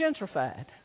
gentrified